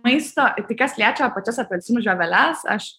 maisto tai kas liečia pačias apelsinų žieveles aš